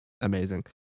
amazing